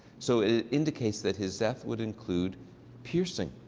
so it indicates that his death would include piercing.